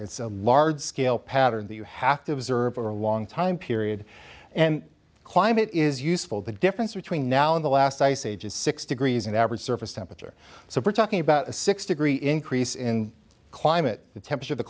it's a large scale pattern that you have to observe over a long time period and climate is useful the difference between now and the last ice age is sixty degrees an average surface temperature so we're talking about a six degree increase in climate the temperature the